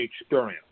experience